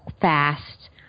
fast